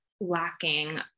lacking